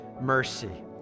mercy